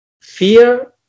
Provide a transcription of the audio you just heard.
fear